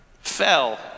fell